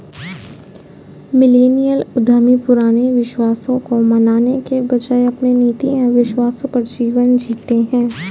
millennial उद्यमी पुराने विश्वासों को मानने के बजाय अपने नीति एंव विश्वासों पर जीवन जीते हैं